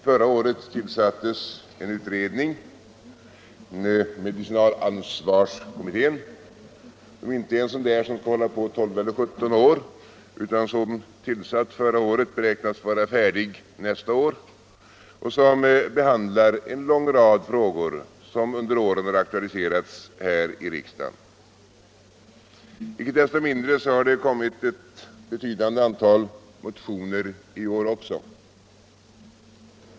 Förra året tillsattes en utredning, medicinalansvarskommittén, som inte är en sådan där utredning som skall hålla på 12 eller 17 år utan som tillsattes förra året och beräknas vara färdig nästa år. Den behandlar en lång rad frågor som under åren har aktualiserats här i riksdagen. Inte desto mindre har det kommit ett nytt antal motioner i år också.